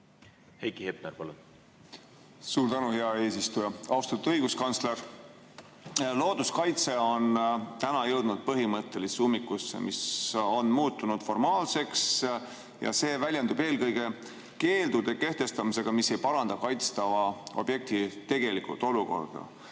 Heiki Hepner, palun! Suur tänu, hea eesistuja! Austatud õiguskantsler! Looduskaitse on täna jõudnud põhimõttelisse ummikusse, on muutunud formaalseks ja see väljendub eelkõige keeldude kehtestamises, mis ei paranda kaitstava objekti tegelikku olukorda.